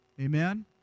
Amen